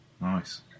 Nice